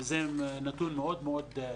זה נתון מאוד מאוד גבוה.